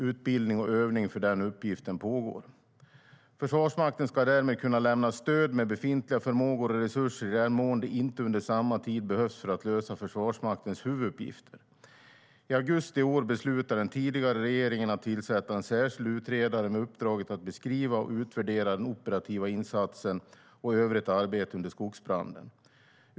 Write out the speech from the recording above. Utbildning och övning för denna uppgift pågår.I augusti i år beslutade den tidigare regeringen att tillsätta en särskild utredare med uppdraget att beskriva och utvärdera den operativa insatsen och övrigt arbete under skogsbranden.